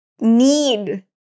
need